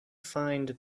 find